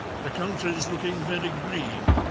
the country's looking very green,